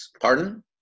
Pardon